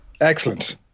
Excellent